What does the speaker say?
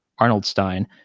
Arnoldstein